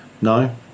No